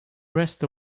rest